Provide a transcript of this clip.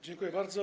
Dziękuję bardzo.